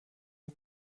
dem